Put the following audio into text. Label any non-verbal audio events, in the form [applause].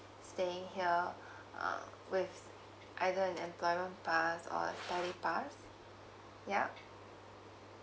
staying here [breath] um with either an employment pass or valid pass yup